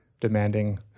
Demanding